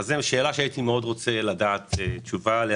שאלה שהייתי רוצה לקבל תשובה עליה.